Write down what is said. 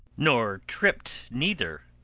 nor tripp'd neither,